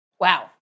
wow